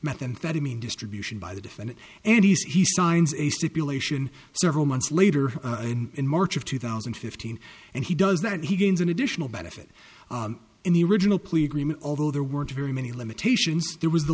methamphetamine distribution by the defendant and he signs a stipulation several months later in march of two thousand and fifteen and he does that he gains an additional benefit in the original plea agreement although there weren't very many limitations there was